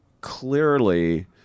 clearly